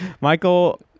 Michael